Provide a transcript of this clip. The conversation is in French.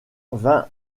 vingt